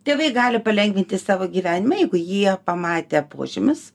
tėvai gali palengvinti savo gyvenimą jeigu jie pamatę požymis